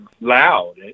loud